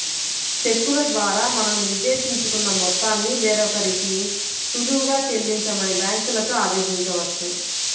చెక్కుల ద్వారా మనం నిర్దేశించుకున్న మొత్తాన్ని వేరొకరికి సులువుగా చెల్లించమని బ్యాంకులకి ఆదేశించవచ్చు